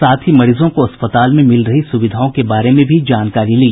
साथ ही मरीजों को अस्पताल में मिल रही सुविधाओं के बारे में जानकारी ली